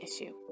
issue